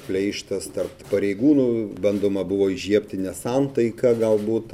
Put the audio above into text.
pleištas tar pareigūnų bandoma buvo įžiebti nesantaiką galbūt